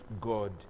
God